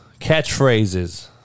catchphrases